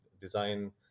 design